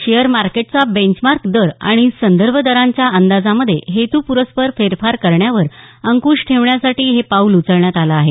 share मार्केटचा benchmark दर आणि संदर्भ दरांच्या अंदाजामध्ये हेरुप्रस्सर फेरफार करण्यावर अंकूश ठेवण्यासाठी हे पाऊल उचलण्यात आले आहे